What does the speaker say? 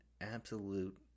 absolute